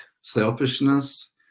selfishness